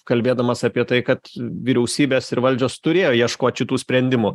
kalbėdamas apie tai kad vyriausybės ir valdžios turėjo ieškot šitų sprendimų